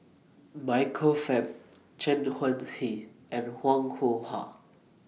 Michael Fam Chen Wen Hsi and Wong Yoon Wah